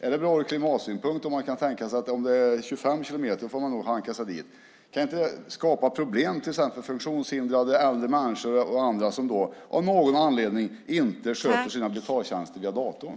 Är det bra ur klimatsynpunkt om man tänker att om det är 25 kilometer får man nog hanka sig dit? Kan det inte skapa problem för till exempel funktionshindrade, äldre människor och andra som av någon anledning inte sköter sina betaltjänster via datorn?